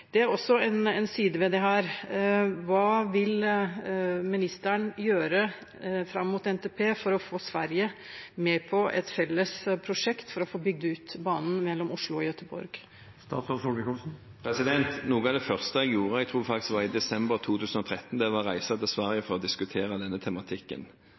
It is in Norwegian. Det er også en side ved dette. Hva vil ministeren gjøre fram mot NTP for å få Sverige med på et felles prosjekt for å få bygd ut banen mellom Oslo og Gøteborg? Noe av det første jeg gjorde – jeg tror faktisk det var i desember 2013 – var å reise til Sverige for å diskutere denne tematikken.